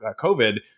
COVID